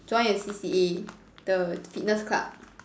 join a C_C_A the fitness club